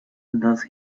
does